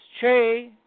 Che